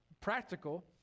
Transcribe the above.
practical